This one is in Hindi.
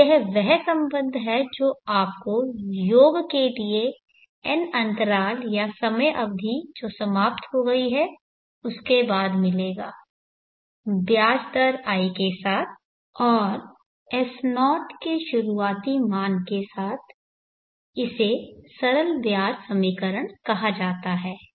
तो यह वह संबंध है जो आपको योग के लिए n अंतराल या समय अवधि जो समाप्त हो गई है उसके बाद मिलेगा ब्याज दर i के साथ और S0 के शुरुआती मान के साथ इसे सरल ब्याज समीकरण कहा जाता है